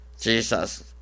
Jesus